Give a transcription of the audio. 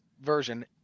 version